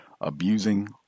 abusing